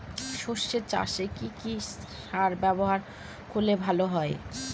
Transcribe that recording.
সর্ষে চাসে কি কি সার ব্যবহার করলে ভালো হয়?